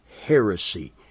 heresy